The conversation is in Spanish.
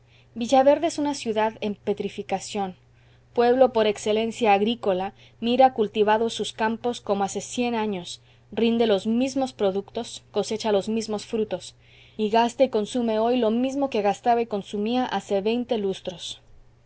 varía villaverde es una ciudad en petrificación pueblo por excelencia agrícola mira cultivados sus campos como hace cien años rinde los mismos productos cosecha los mismos frutos y gasta y consume hoy lo mismo que gastaba y consumía hace veinte lustros